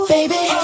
Baby